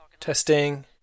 testing